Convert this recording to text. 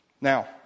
Now